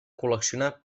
col·leccionar